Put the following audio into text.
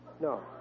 No